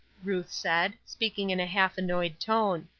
ruth said, speaking in a half-annoyed tone.